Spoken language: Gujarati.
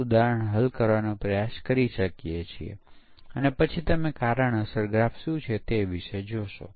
ખરેખર જ્યારે કોઈ પ્રોગ્રામ વિકસિત થાય છે ત્યારે તેમાં અમુક પ્રકારનો ફોલ્ટ હોય છે જેનો પરિચય થાય છે